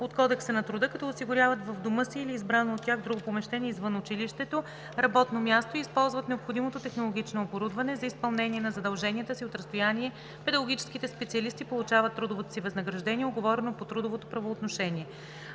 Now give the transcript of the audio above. от Кодекса на труда, като осигуряват в дома си или избрано от тях друго помещение извън училището работно място и използват необходимото технологично оборудване. За изпълнение на задълженията си от разстояние педагогическите специалисти получават трудовото си възнаграждение, уговорено по трудовото правоотношение.